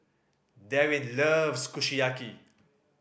Daryn loves Kushiyaki